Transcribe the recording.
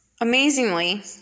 Amazingly